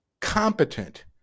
Competent